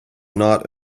not